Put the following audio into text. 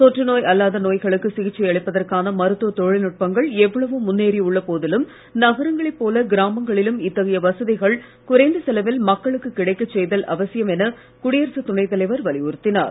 தொற்று நோய் அல்லாத நோய்களுக்கு சிகிச்சை அளிப்பதற்கான மருத்துவ தொழில்நுட்பங்கள் எவ்வளவோ முன்னேறியுள்ள போதிலும் நகரங்களை போல கிராமங்களிலும் இத்தகைய வசதிகள் குறைந்த செலவில் மக்களுக்கு கிடைக்கச் செய்தல் அவசியம் என குடியரசு துணை தலைவர் வலியுறுத்தினார்